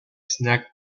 snack